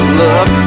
look